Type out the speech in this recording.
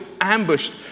ambushed